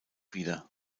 wieder